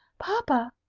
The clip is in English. papa!